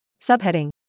Subheading